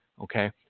Okay